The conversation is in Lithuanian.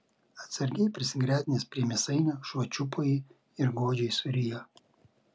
atsargiai prisigretinęs prie mėsainio šuo čiupo jį ir godžiai surijo